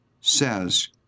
says